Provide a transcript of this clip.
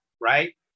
right